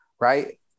right